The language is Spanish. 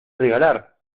regalar